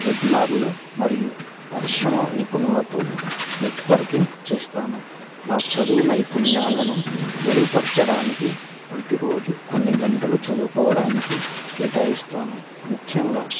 వెబ్నార్లు మరియు పరిశ్రమ నిపుణులతో నెట్వర్కింగ్ చేస్తాను నా చదువు నైపుణ్యాలను మెరుగుపరచడానికి ప్రతిరోజు కొన్ని గంటలు చదువుకోవడానికి కేటాయిస్తాను ముఖ్యంగా